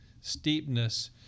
steepness